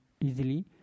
easily